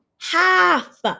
half